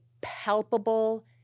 palpable